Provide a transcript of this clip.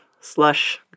slush